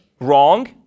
wrong